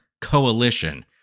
coalition